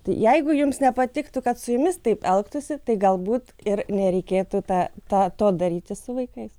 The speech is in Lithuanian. tai jeigu jums nepatiktų kad su jumis taip elgtųsi tai galbūt ir nereikėtų tą tą to daryti su vaikais